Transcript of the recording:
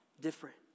different